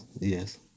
yes